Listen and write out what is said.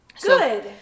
Good